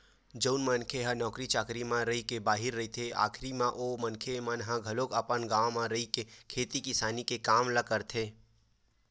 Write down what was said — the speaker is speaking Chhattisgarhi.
जउन मनखे मन ह नौकरी चाकरी म रहिके बाहिर रहिथे आखरी म ओ मनखे मन ह घलो अपन गाँव घर म रहिके खेती किसानी के काम ल करथे